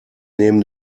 neben